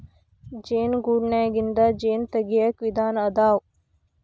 ಜೇನು ಗೂಡನ್ಯಾಗಿಂದ ಜೇನ ತಗಿಯಾಕ ವಿಧಾನಾ ಅದಾವ